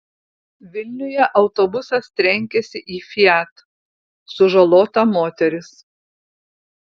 vilniuje autobusas trenkėsi į fiat sužalota moteris